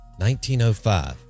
1905